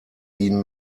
ihn